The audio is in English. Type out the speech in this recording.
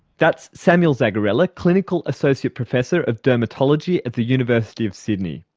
that's samuel zagarella, clinical associate professor of dermatology at the university of sydney.